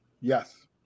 Yes